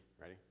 Ready